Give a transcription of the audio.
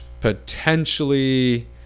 potentially